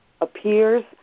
appears